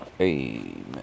Amen